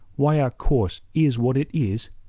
why our course is what it is?